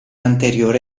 anteriore